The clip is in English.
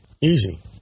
Easy